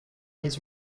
his